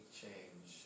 change